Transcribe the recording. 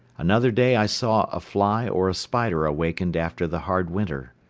another day i saw a fly or a spider awakened after the hard winter.